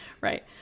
right